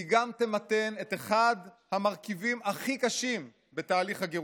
והוא גם ימתן את אחד המרכיבים הכי קשים בתהליך הגירושים.